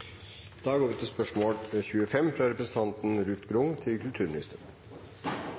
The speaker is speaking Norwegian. da til spørsmål 26. Dette spørsmålet, fra representanten Lise Wiik til